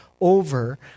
over